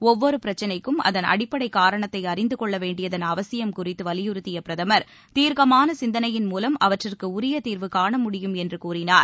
ஒவ்வொரு பிரச்னைக்கும் அதன் அடிப்படை காரணத்தை அறிந்து கொள்ளவேண்டியதன் அவசியம் குறித்து வலியுறுத்திய பிரதமர் தீர்க்கமான சிந்தனையின் மூவம் அவற்றுக்கு உரிய தீர்வுகாண முடியும் என்று கூறினார்